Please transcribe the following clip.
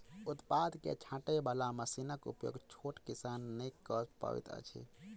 उत्पाद के छाँटय बाला मशीनक उपयोग छोट किसान नै कअ पबैत अछि